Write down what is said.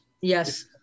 Yes